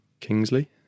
Kingsley